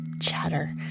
chatter